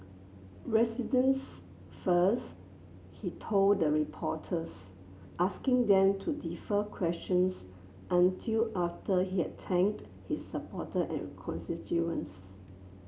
residents first he told the reporters asking them to defer questions until after he had thanked his supporter and constituents